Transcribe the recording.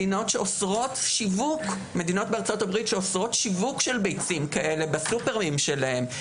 מדינות שאוסרות שיווק של ביצים כאלה בסופרים שלהם,